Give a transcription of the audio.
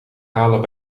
halen